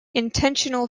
intentional